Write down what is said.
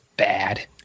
bad